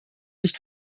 nicht